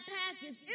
package